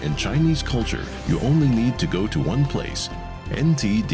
in chinese culture you only need to go to one place and